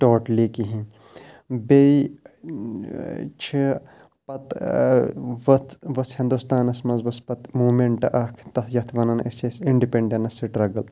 totally کِہیٖنۍ بیٚیہِ چھِ پَتہٕ ؤژھ ؤژھ ہِندُستانَس منٛز ؤژھ پَتہٕ موٗمیٚنٛٹہٕ اَکھ تَتھ یَتھ وَنان أسۍ چھِ أسۍ اِنڈِپیٚنٛڈیٚنٕس سٹرٛگٕل